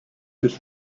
his